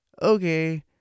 Okay